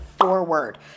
forward